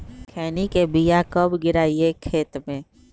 खैनी के बिया कब गिराइये खेत मे?